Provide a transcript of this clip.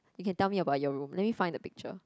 you can tell me about your room let me find the picture